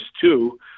two